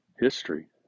history